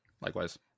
likewise